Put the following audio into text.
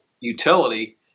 utility